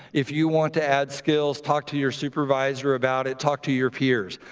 if you want to add skills, talk to your supervisor about it, talk to your peers.